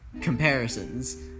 comparisons